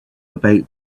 about